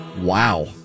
Wow